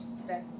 today